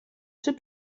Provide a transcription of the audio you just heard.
czy